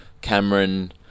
Cameron